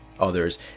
others